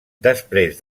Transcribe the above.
després